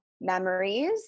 memories